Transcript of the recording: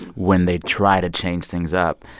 when they try to change things up,